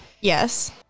yes